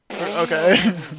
Okay